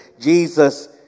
Jesus